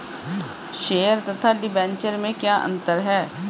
Share तथा debenture में क्या अंतर है?